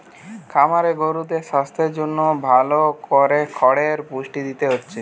খামারে গরুদের সাস্থের জন্যে ভালো কোরে পুষ্টি দিতে হচ্ছে